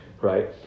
right